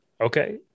Okay